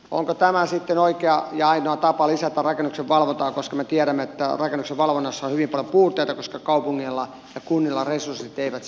onko tämä sitten oikea ja ainoa tapa lisätä rakennuksen valvontaa koska me tiedämme että rakennuksen valvonnassa on hyvin paljon puutteita koska kaupungeilla ja kunnilla resurssit eivät siihen riitä